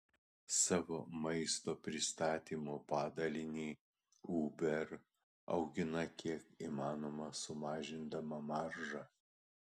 savo maisto pristatymo padalinį uber augina kiek įmanoma sumažindama maržą